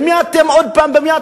במי אתם פוגעים?